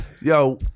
yo